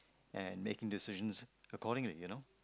and making decisions according to it you know